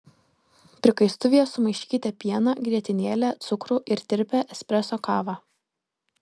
prikaistuvyje sumaišykite pieną grietinėlę cukrų ir tirpią espreso kavą